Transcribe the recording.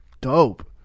dope